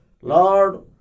Lord